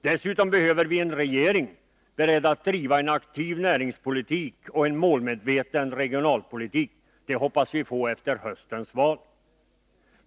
Dessutom behöver vi en regering, beredd att driva en aktiv näringspolitik och en målmedveten regionalpoltik. Det hoppas vi få efter höstens val.